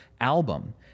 album